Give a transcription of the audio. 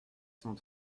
cent